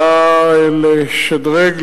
באה לשדרג,